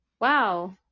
wow